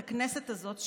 את הכנסת הזאת,